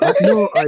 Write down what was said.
No